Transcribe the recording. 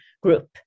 group